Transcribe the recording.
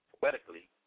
poetically